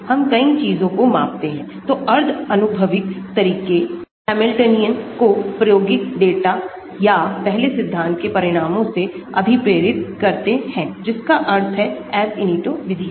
हम कई चीजों को मापते हैं तो अर्ध आनुभविक तरीके हैमिल्टनियन को प्रायोगिक डेटा या पहले सिद्धांत के परिणामों से अभिप्रेरित करते हैं जिसका अर्थ है Ab initio विधियाँ